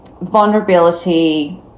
vulnerability